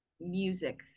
music